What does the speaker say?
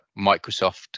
Microsoft